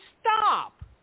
stop